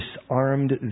disarmed